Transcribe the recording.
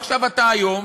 ועכשיו, אתה היום